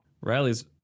Riley's